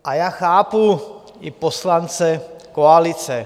A já chápu i poslance koalice.